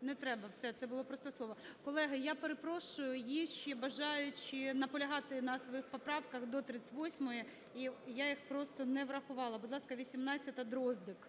Не треба, все, це було просто слово. Колеги, я перепрошую. Є ще бажаючі наполягати на своїх поправках до 38-ї? І я їх просто не врахувала. Будь ласка, 18-а, Дроздик.